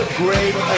great